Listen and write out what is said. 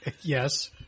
Yes